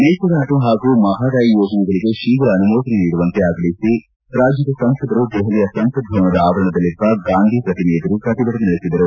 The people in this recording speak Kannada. ಮೇಕೆದಾಟು ಹಾಗೂ ಮಹದಾಯಿ ಯೋಜನೆಗಳಿಗೆ ಶೀಘ್ರ ಅನುಮೋದನೆ ನೀಡುವಂತೆ ಆಗ್ರಹಿಸಿ ರಾಜ್ಯದ ಸಂಸದರು ದೆಹಲಿಯ ಸಂಸತ್ ಭವನದ ಆವರಣದಲ್ಲಿರುವ ಗಾಂಧಿ ಪ್ರತಿಮೆ ಎದುರು ಪ್ರತಿಭಟನೆ ನಡೆಸಿದರು